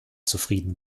zufrieden